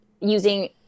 using